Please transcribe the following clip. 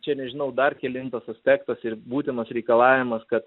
čia nežinau dar kelintas aspektas ir būtinas reikalavimas kad